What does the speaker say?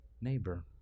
neighbor